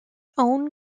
own